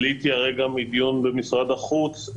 עליתי הרגע מדיון במשרד החוץ,